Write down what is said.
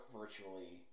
virtually